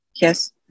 yes